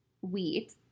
wheat